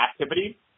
activity